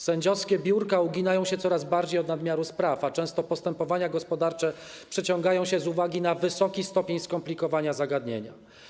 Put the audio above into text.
Sędziowskie biurka uginają się coraz bardziej od nadmiaru spraw, a często postępowania gospodarcze przeciągają się z uwagi na wysoki stopień skomplikowania zagadnienia.